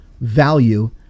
value